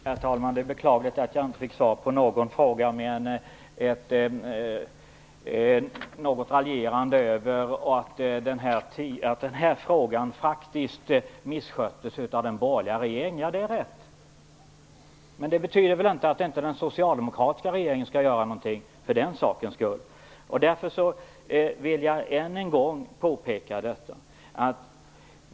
Herr talman! Det är beklagligt att jag inte fick svar på någon fråga, utan bara fick ett raljerande över att det här ärendet faktiskt missköttes av den borgerliga regeringen. Det är rätt. Men det betyder väl inte att inte den socialdemokratiska regeringen skall göra någonting. Därför vill jag än en gång påpeka detta.